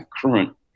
current